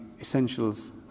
Essentials